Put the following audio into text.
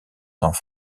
cents